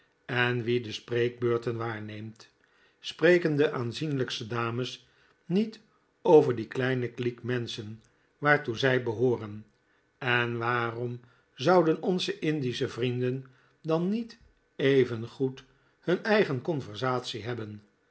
en wie de spreekbeurten waarneemt spreken de aanzienlijkste dames niet over die kleine kliek menschen waartoe zij behooren en waarom zouden onze indische vrienden dan niet even goed hun eigen conversatie hebben